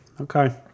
Okay